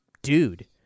dude